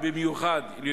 התשע"א 2011, נתקבל.